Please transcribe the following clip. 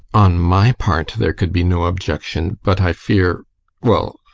on my part there could be no objection, but i fear well,